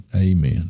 Amen